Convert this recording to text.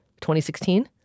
2016